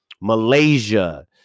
Malaysia